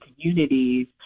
communities